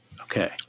Okay